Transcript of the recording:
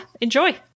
enjoy